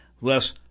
less